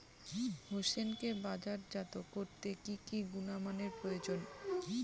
হোসেনকে বাজারজাত করতে কি কি গুণমানের প্রয়োজন?